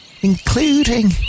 including